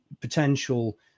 potential